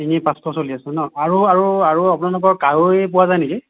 শিঙি পাঁচশ চলি আছে ন আৰু আৰু আৰু আপোনালোকৰ কাৱৈ পোৱা যায় নেকি